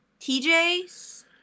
TJ's